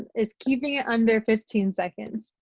is keeping it under fifteen seconds.